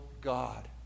God